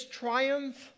triumph